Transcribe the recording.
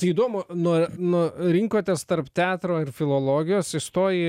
įdomu nuo nu rinkotės tarp teatro ir filologijos įstojai